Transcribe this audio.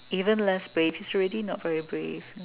even less brave is already not very brave